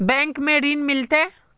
Bank में ऋण मिलते?